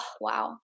wow